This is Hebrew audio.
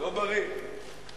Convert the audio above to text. ההצעה להעביר את